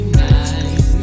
nice